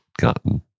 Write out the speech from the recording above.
gotten